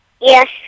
yes